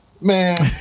man